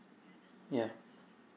yeah